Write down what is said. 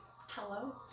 Hello